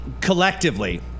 collectively